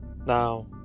Now